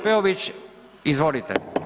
Peović izvolite.